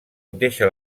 deixa